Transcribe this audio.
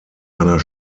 einer